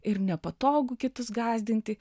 ir nepatogu kitus gąsdinti